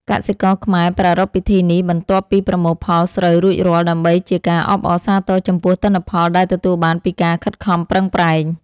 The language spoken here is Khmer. កសិករខ្មែរប្រារព្ធពិធីនេះបន្ទាប់ពីប្រមូលផលស្រូវរួចរាល់ ដើម្បីជាការអបអរសាទរចំពោះទិន្នផលដែលទទួលបានពីការខិតខំប្រឹងប្រែង។